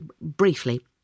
briefly